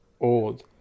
old